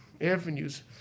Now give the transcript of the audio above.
avenues